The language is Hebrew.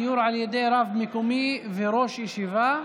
(גיור על ידי רב מקומי וראש ישיבה),